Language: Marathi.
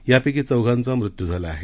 यापैकी चौघांचा मृत्यू झाला आहे